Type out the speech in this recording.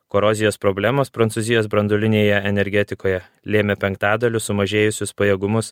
korozijos problemos prancūzijos branduolinėje energetikoje lėmė penktadaliu sumažėjusius pajėgumus